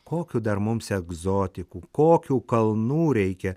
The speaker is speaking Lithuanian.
kokių dar mums egzotikų kokių kalnų reikia